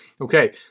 Okay